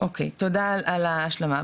תודה על ההשלמה,